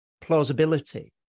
plausibility